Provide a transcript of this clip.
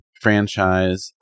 franchise